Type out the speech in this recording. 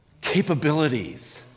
capabilities